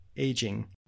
Aging